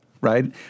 right